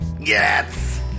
Yes